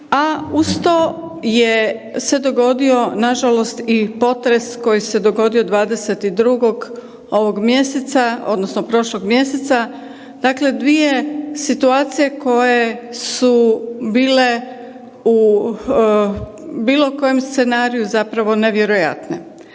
a uz to je se dogodio nažalost i potres koji se dogodio 22. ovog mjeseca odnosno prošlog mjeseca, dakle dvije situacije koje su bile u bilo kojem scenariju zapravo nevjerojatne.